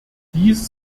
dies